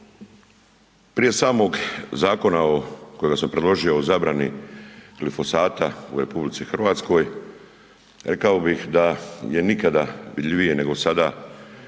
Prije samog Zakona o, kojega sam predložio, o zabrani glifosata u Republici Hrvatskoj, rekao bih da je nikada vidljivije nego sada